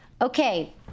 Okay